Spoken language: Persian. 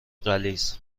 غلیظ